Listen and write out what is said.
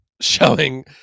showing